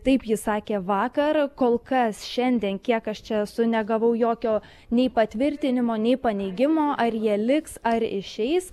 taip jis sakė vakar kol kas šiandien kiek aš čia esu negavau jokio nei patvirtinimo nei paneigimo ar jie liks ar išeis